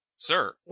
Sir